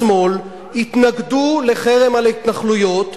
בשמאל, התנגדו לחרם על התנחלויות,